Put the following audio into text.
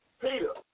Peter